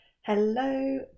Hello